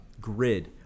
grid